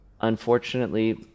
unfortunately